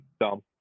Dumb